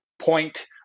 point